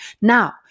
Now